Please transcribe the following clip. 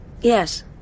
Yes